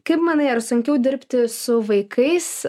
kaip manai ar sunkiau dirbti su vaikais